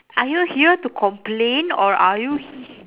are you here to complain or are you h~